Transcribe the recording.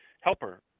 helper